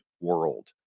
world